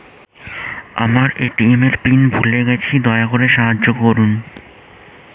আমার এ.টি.এম এর পিন ভুলে গেছি, দয়া করে সাহায্য করুন